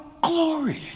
glory